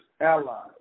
allies